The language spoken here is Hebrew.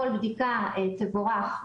כל בדיקה תבורך,